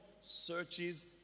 searches